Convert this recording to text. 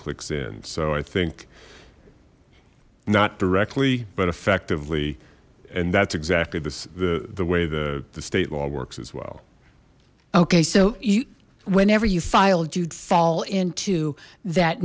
clicks in so i think not directly but effectively and that's exactly the the way the the state law works as well okay so you whenever you filed you'd fall into that